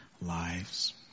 lives